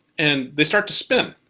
and they start to spin.